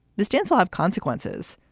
this stance will have consequences,